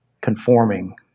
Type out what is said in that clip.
conforming